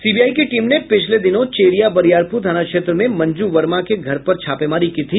CBI की team ने पिछले दिनों चेरिया बरियारपुर थाना क्षेत्र में मंजू वर्मा के घर पर छापेमारी की थी